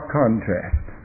contrast